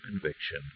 conviction